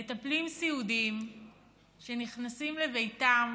מטפלים סיעודיים שנכנסים לביתם